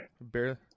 Barely